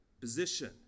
position